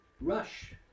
Rush